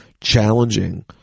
challenging